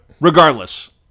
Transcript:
Regardless